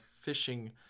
fishing